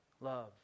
love